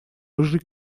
рыжий